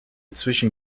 zwischen